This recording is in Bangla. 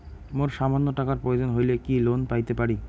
মোর সামান্য টাকার প্রয়োজন হইলে কি লোন পাইতে পারি?